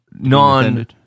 Non